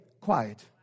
quiet